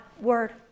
word